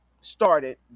started